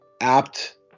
apt